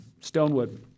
Stonewood